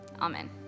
Amen